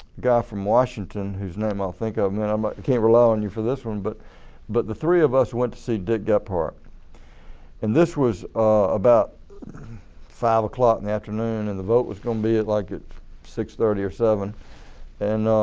guy from washington whose name i think i mean um i can't rely on you for this one but but the three of us went to see dick gephardt and this was about five o'clock in the afternoon and the vote was going to be at like six thirty or seven and